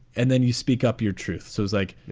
and then you speak up your truth. so it's like,